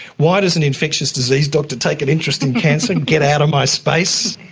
why does an infectious disease doctor take an interest in cancer? get out of my space,